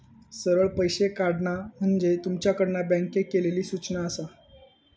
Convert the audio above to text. सरळ पैशे काढणा म्हणजे तुमच्याकडना बँकेक केलली सूचना आसा